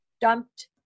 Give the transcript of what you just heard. dumped